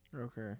Okay